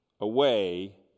away